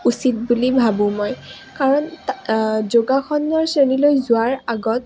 উচিত বুলি ভাবোঁ মই কাৰণ যোগাসনৰ শ্ৰেণীলৈ যোৱাৰ আগত